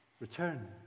Return